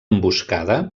emboscada